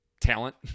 talent